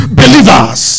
believers